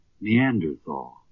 Neanderthal